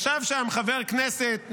ישב שם חבר כנסת,